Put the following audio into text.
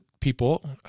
people